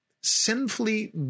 sinfully